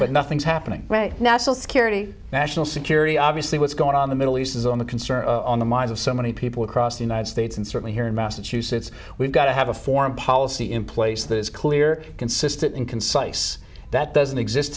but nothing's happening right now so security national security obviously what's going on in the middle east is on the concern on the minds of so many people across the united states and certainly here in massachusetts we've got to have a foreign policy in place that is clear consistent and concise that doesn't exist